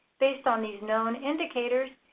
based on these known indicators,